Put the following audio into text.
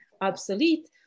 obsolete